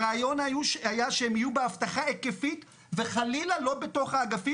הרעיון היה שהם יהיו באבטחה היקפית וחלילה לא בתוך האגפים,